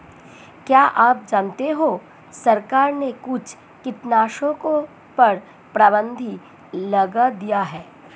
क्या आप जानते है सरकार ने कुछ कीटनाशकों पर प्रतिबंध लगा दिया है?